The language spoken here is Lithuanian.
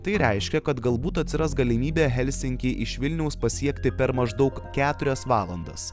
tai reiškia kad galbūt atsiras galimybė helsinkį iš vilniaus pasiekti per maždaug keturias valandas